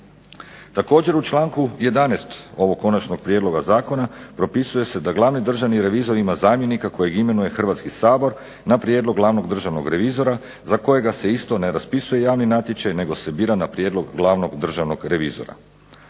Također, u članku 11. ovog končanog prijedloga zakona propisuje se da Glavni državni revizor ima zamjenika kojeg imenuje Hrvatski sabor na prijedlog Glavnog državnog revizora za kojega se isto ne raspisuje javni natječaj nego se bira na prijedlog Glavnog državnog revizora.